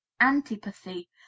antipathy